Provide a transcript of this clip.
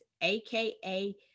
AKA